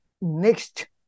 next